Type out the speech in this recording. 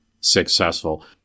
successful